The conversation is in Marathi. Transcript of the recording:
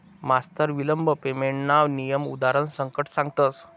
मास्तर विलंब पेमेंटना नियम उदारण सकट सांगतस